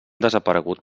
desaparegut